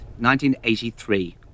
1983